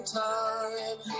time